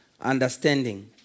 understanding